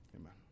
Amen